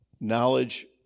knowledge